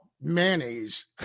mayonnaise